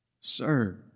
sir